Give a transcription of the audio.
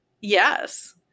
Yes